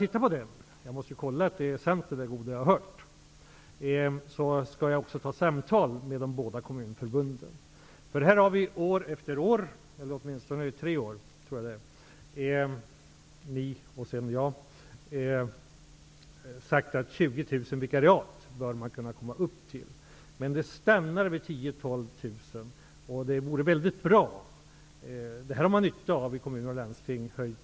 Jag måste först kontrollera att det goda jag hört talas om verkligen stämmer. Sedan skall jag ha samtal med de båda kommunförbunden. I åtminstone tre år, tror jag, har först ni och sedan jag sagt att det bör gå att komma upp till 20 000 vikariat. Men det stannar vid 10 000--12 000. Höjd kompetens har man nytta av framöver i kommuner och landsting.